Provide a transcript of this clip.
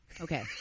Okay